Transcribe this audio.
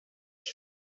him